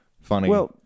funny